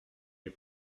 les